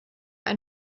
ein